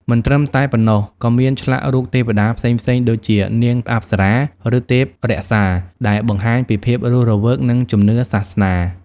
មិនត្រឹមតែប៉ុណ្ណោះ ក៏មានឆ្លាក់រូបទេវតាផ្សេងៗដូចជា នាងអប្សរា ឬទេពរក្សា ដែលបង្ហាញពីភាពរស់រវើក និងជំនឿសាសនា។